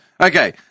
Okay